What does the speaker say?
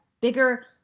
bigger